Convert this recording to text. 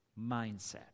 mindset